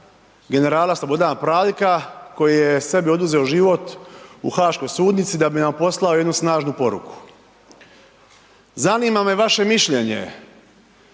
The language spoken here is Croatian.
generala Slobodana Praljka koji je sebi oduzeo život u haškoj sudnici da bi nam poslao jednu snažnu poruku. Zanima me vaše mišljenje